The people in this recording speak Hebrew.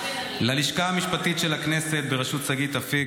ללשכה המשפטית של הכנסת בראשות שגית אפיק,